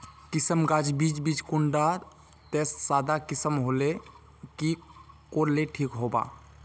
किसम गाज बीज बीज कुंडा त सादा किसम होले की कोर ले ठीक होबा?